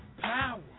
power